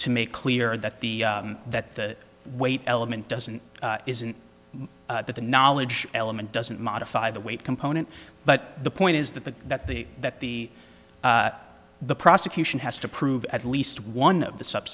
to make clear that the that the weight element doesn't isn't that the knowledge element doesn't modify the weight component but the point is that the that the that the the prosecution has to prove at least one of the sub